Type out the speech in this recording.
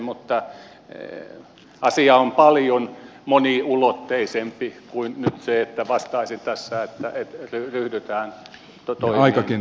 mutta asia on paljon moniulotteisempi kuin nyt se että vastaisin tässä että ryhdytään toimiin